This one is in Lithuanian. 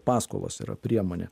paskolos yra priemonė